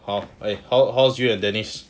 err eh how how's you and denise